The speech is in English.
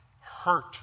hurt